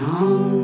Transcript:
on